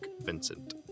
Vincent